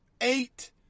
Eight